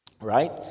right